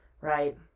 right